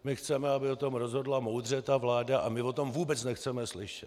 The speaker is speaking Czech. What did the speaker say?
My chceme, aby o tom rozhodla moudře ta vláda, a my o tom vůbec nechceme slyšet.